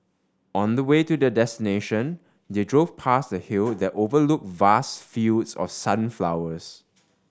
on the way to their destination they drove past a hill that overlooked vast fields of sunflowers